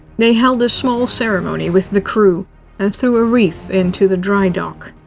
they held a small ceremony with the crew and threw a wreath into the dry dock.